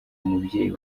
mubyeyi